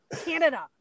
canada